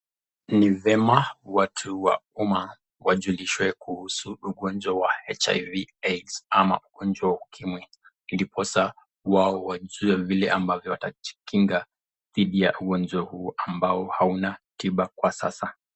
Ni vema watu wa umma wajulishe kuhusu ugonjwa wa HIV AIDS ama ugonjwa wa Ukimwi, ndiposa wao wajue vile ambavyo watajikinga dhidi ya ugonjwa huu ambao hauna tiba kwa sasa.